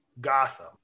gotham